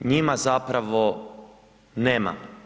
njima zapravo nema.